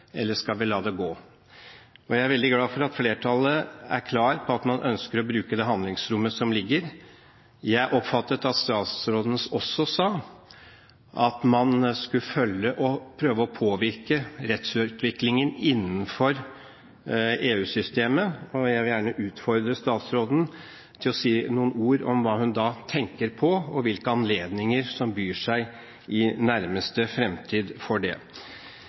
eller skal vi la det gå? Jeg er veldig glad for at flertallet er klart på at man ønsker å bruke det handlingsrommet som ligger der. Jeg oppfattet at statsråden også sa at man skulle følge og prøve å påvirke rettsutviklingen innenfor EU-systemet. Jeg vil gjerne utfordre statsråden til å si noen ord om hva hun da tenker på, og hvilke anledninger som byr seg i nærmeste framtid for det.